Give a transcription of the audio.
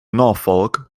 norfolk